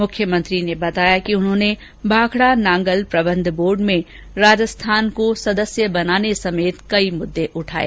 मुख्यमंत्री ने बताया कि उन्होंने भांखडा नागल प्रबंध बोर्ड में राजस्थान को सदस्य बनाने समेत कई अन्य मुददे उठाये